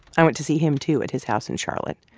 i went to see him too at his house in charlotte.